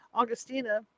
Augustina